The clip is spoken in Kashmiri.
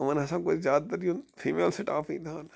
یِمن ہسا گوٚژھ زیادٕ تر یُن فیٖمیٚل سِٹافٕے تھاونہٕ